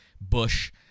Bush